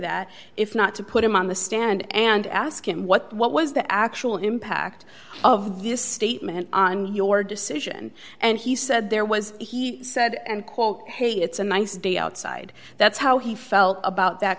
that if not to put him on the stand and ask him what was the actual impact of this statement on your decision and he said there was he said and quote hey it's a nice day outside that's how he felt about that